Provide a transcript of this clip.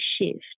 shift